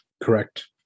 Correct